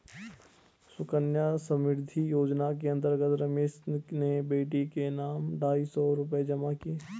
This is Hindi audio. सुकन्या समृद्धि योजना के अंतर्गत रमेश ने बेटी के नाम ढाई सौ रूपए जमा किए